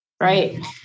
Right